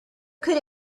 could